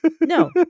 No